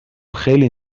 خیلی